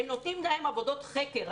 נותנים להם עבודות חקר.